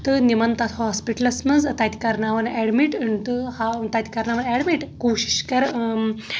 تہٕ نِمن بہٕ ہاسپٹلس منٛز تَتہِ کرناون ایڈمِٹ تہٕ ہاوَن تتہِ کرناوَن ایڈمِٹ کوٗشِش کرٕ